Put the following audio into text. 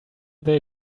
they